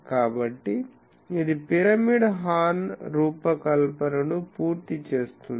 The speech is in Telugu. కాబట్టి ఇది పిరమిడ్ హార్న్ రూపకల్పనను పూర్తి చేస్తుంది